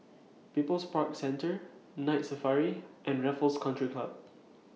People's Park Centre Night Safari and Raffles Country Club